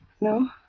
No